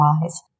wise